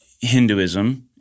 Hinduism